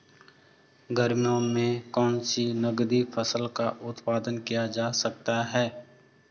गर्मियों में कौन सी नगदी फसल का उत्पादन किया जा सकता है?